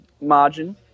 margin